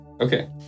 Okay